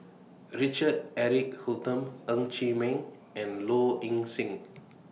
Richard Eric Holttum Ng Chee Meng and Low Ing Sing